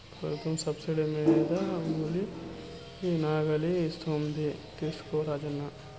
ప్రభుత్వం సబ్సిడీ మీద ఉలి నాగళ్ళు ఇస్తోంది తీసుకో రాజన్న